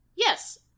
Yes